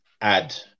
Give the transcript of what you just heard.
add